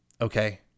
Okay